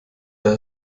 das